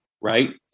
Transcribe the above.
Right